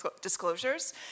disclosures